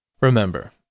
Remember